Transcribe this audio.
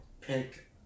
Pick